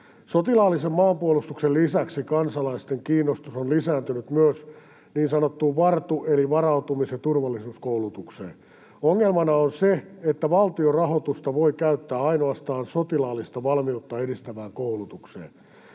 Sotilaallisen maanpuolustuksen lisäksi kansalaisten kiinnostus on lisääntynyt myös niin sanottuun VARTU- eli varautumis- ja turvallisuuskoulutukseen. Ongelmana on se, että valtion rahoitusta voi käyttää ainoastaan sotilaallista valmiutta edistävään koulutukseen.